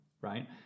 right